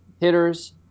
hitters